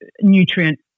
nutrient